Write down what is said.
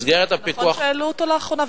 אז נכון שהעלו אותו לאחרונה?